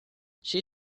she